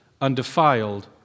undefiled